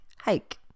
Hike